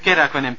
K Raghavan M